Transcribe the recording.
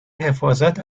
حفاظت